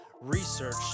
research